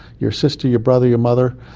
your sister, your brother, your mother,